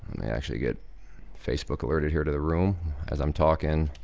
may actually get facebook alerted here to the room as i'm talkin',